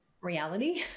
Reality